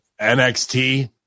NXT